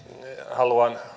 haluan